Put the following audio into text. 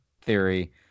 theory